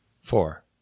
Four